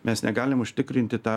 mes negalim užtikrinti tą